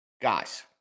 Guys